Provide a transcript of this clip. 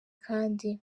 kandi